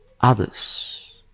others